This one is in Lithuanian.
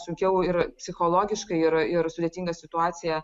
sunkiau ir psichologiškai yra ir sudėtinga situacija